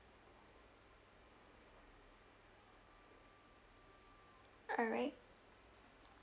alright